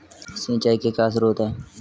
सिंचाई के क्या स्रोत हैं?